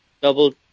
Double